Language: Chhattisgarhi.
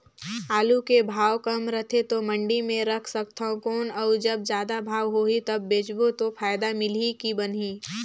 आलू के भाव कम रथे तो मंडी मे रख सकथव कौन अउ जब जादा भाव होही तब बेचबो तो फायदा मिलही की बनही?